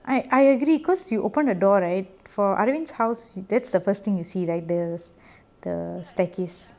I I agree cause you open the door right for arvin's house that's the first thing you see right the staircase